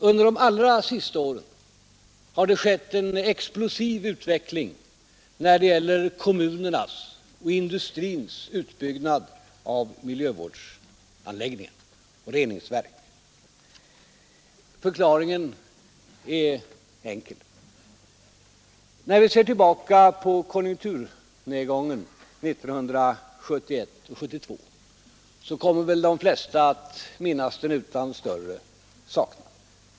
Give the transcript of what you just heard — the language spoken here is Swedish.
Under de allra senaste åren har det skett en explosiv utveckling när det gäller kommunernas och industrins utbyggnad av miljövårdsanläggningar, t.ex. reningsverk. Förklaringen är enkel. När vi en gång ser tillbaka på konjunkturnedgången under 1971 och 1972 kommer väl de flesta att minnas den utan större saknad.